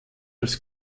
als